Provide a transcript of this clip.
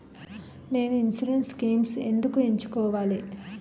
నేను insurance schemes ఎందుకు ఎంచుకోవాలి?